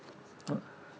oh